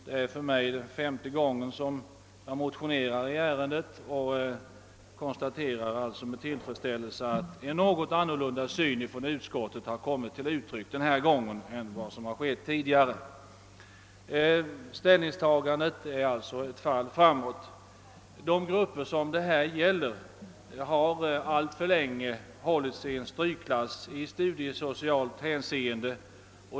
Det är nu femte gången som jag motionerar i ärendet, och jag konstaterar alltså med tillfredsställelse, att utskottet denna gång ger uttryck för en något annan syn än tidigare. De grupper det här gäller har alltför länge hållits i strykklass i studiesocialt hänseende.